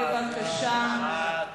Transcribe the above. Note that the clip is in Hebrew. בבקשה.